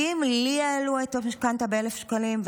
כי אם לי העלו את המשכנתה ב-1,000 שקלים,